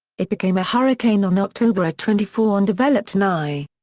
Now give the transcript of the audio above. it became a hurricane on october ah twenty four and developed an eye.